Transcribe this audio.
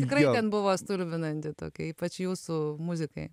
tikrai ten buvo stulbinanti tokia ypač jūsų muzikai